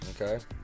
Okay